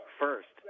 first